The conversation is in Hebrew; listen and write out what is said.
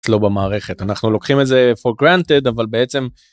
לא במערכת אנחנו לוקחים את זה for granted אבל בעצם.